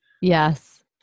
Yes